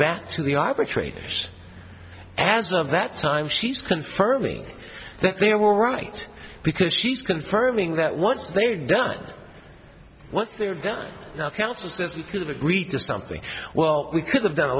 back to the arbitrators as of that time she's confirming that there were right because she's confirming that once they've done once they're done now counsel says we can agree to something well we could have done a